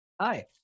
Hi